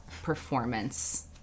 performance